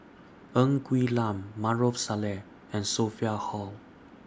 Ng Quee Lam Maarof Salleh and Sophia Hull